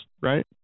right